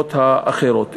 השכבות האחרות.